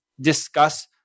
discuss